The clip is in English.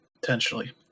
potentially